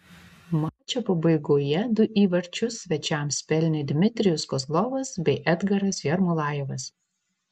mačo pabaigoje du įvarčius svečiams pelnė dmitrijus kozlovas bei edgaras jermolajevas